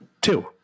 Two